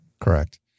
Correct